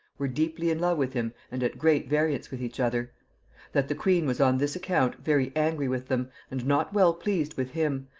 were deeply in love with him and at great variance with each other that the queen was on this account very angry with them, and not well pleased with him,